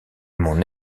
mon